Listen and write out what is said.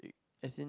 as in